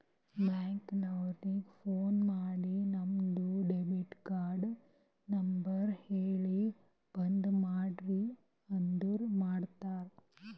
bank ನವರಿಗ phone ಮಾಡಿ ನಿಮ್ದು ಡೆಬಿಟ್ ಕಾರ್ಡ್ ನಂಬರ್ ಹೇಳಿ ಬಂದ್ ಮಾಡ್ರಿ ಅಂದುರ್ ಮಾಡ್ತಾರ